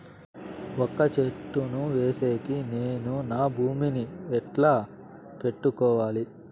వక్క చెట్టును వేసేకి నేను నా భూమి ని ఎట్లా పెట్టుకోవాలి?